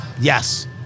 Yes